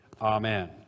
Amen